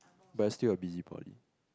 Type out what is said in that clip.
but you're still a busybody